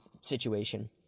situation